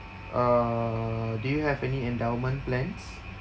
err do you have any endowment plans